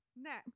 Next